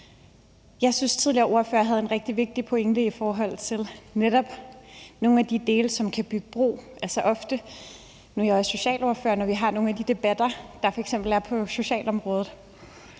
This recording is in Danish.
Jeg synes, at tidligere ordførere havde en rigtig vigtig pointe i forhold til netop nogle af de dele, som kan bygge bro. Nu er jeg også socialordfører, og man kan nogle gange, når vi har nogle af de debatter, der f.eks. er på socialområdet,